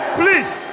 please